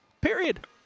Period